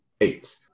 Eight